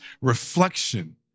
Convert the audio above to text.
reflection